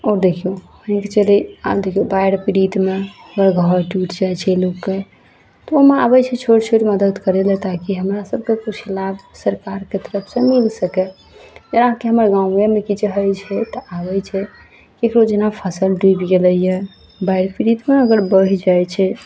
आओर देखियौ मानिकऽ चलु आन्धी बाढ़ि पीड़ितमे घर टुटि जाइ छै लोकके तऽ ओइमे आबय छै छोट छोट मदति करय लए ताकि हमरा सबके किछु लाभ सरकारके तरफसँ मिल सकय इएह कि हमर गाँवेमे किछु होइ छै तऽ आबय छै देखियौ जेना फसल डुबि गेलइए बाढ़ि पीड़ितमे अगर बहि जाइ छै